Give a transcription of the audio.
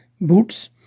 boots